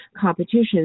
Competition